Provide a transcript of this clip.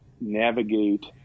navigate